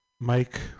Mike